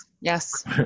yes